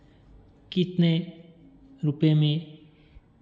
कितने रुपये में